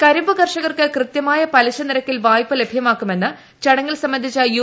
കരിമ്പു കർഷകർക്ക് കൃത്യമായ പലിശ നിരക്കീൽ വായ്പ ലഭ്യമാക്കുമെന്ന് ചടങ്ങിൽ സംബന്ധിച്ച യു